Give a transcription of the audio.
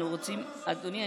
אנו רוצים" אדוני,